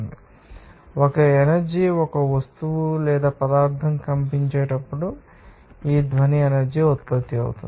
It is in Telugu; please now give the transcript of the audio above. మరియు ఒక ఎనర్జీ ఒక వస్తువు లేదా పదార్ధం కంపించేటప్పుడు ఈ ధ్వని ఎనర్జీ ఉత్పత్తి అవుతుంది